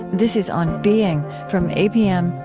this is on being, from apm,